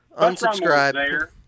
unsubscribe